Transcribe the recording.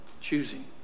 choosing